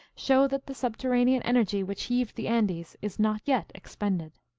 show that the subterranean energy which heaved the andes is not yet expended.